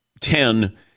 ten